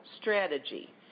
strategy